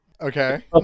okay